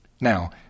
Now